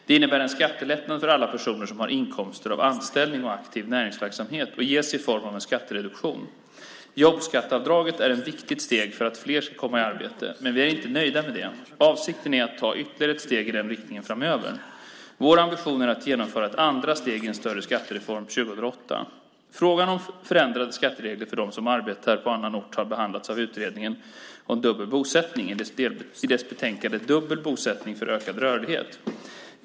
Det innebär en skattelättnad för alla personer som har inkomster av anställning och aktiv näringsverksamhet och ges i form av en skattereduktion. Jobbskatteavdraget är ett viktigt steg för att fler ska komma i arbete. Men vi är inte nöjda med det. Avsikten är att ta ytterligare steg i den riktningen framöver. Vår ambition är att genomföra ett andra steg i en större skattereform 2008. Frågan om förändrade skatteregler för dem som arbetar på annan ort har behandlats av Utredningen om dubbel bosättning i dess betänkande Dubbel bosättning för ökad rörlighet .